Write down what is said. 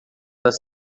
das